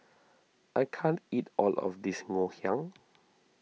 I can't eat all of this Ngoh Hiang